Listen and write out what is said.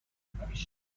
کنم